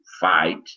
fight